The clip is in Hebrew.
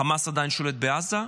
חמאס עדיין שולט בעזה,